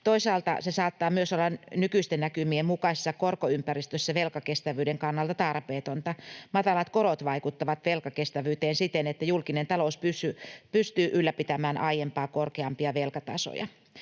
Toisaalta se saattaa myös olla nykyisten näkymien mukaisessa korkoympäristössä velkakestävyyden kannalta tarpeetonta. Matalat korot vaikuttavat velkakestävyyteen siten, että julkinen talous pystyy ylläpitämään aiempaa korkeampia velkatasoja.